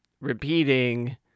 repeating